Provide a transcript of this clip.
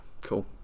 cool